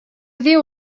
déu